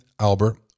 Albert